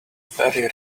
very